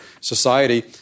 society